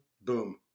boom